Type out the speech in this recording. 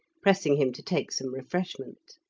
pressing him to take some refreshment.